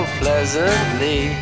pleasantly